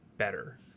Better